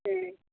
हूँ